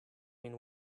been